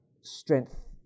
strength